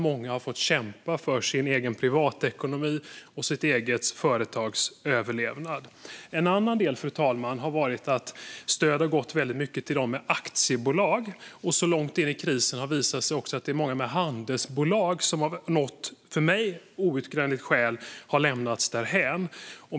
Många har fått kämpa för sin privatekonomi och för sitt företags överlevnad. En annan del, fru talman, har varit att stöd har gått väldigt mycket till dem med aktiebolag och att det så här långt in i krisen har visat sig att många med handelsbolag av något för mig outgrundligt skäl har lämnats därhän.